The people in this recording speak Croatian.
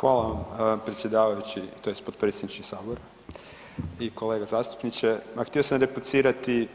Hvala vam predsjedavajući tj. potpredsjedniče sabora i kolega zastupniče, ma htio sam replicirati